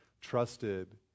trusted